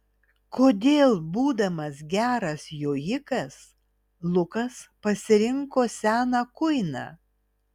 kodėl būdamas geras jojikas lukas pasirinko seną kuiną